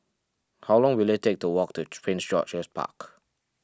how long will it take to walk to Prince George's Park